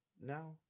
now